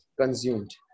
consumed